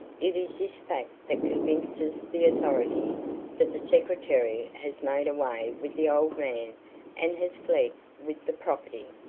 it is this fact that convinces the authorities that the secretary has made away with the old man and has fled with the property.